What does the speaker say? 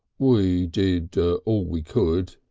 we did all we could.